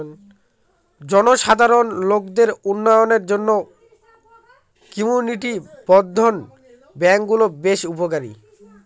জনসাধারণ লোকদের উন্নয়নের জন্য কমিউনিটি বর্ধন ব্যাঙ্কগুলা বেশ উপকারী